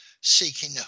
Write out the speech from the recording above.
seeking